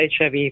HIV